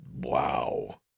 wow